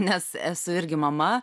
nes esu irgi mama